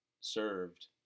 served